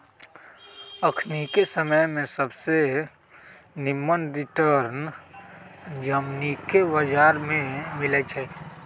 अखनिके समय में सबसे निम्मन रिटर्न जामिनके बजार में मिलइ छै